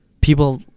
people